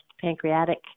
pancreatic